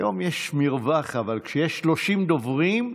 היום יש מרווח, אבל כשיש 30 דוברים,